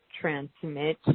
transmit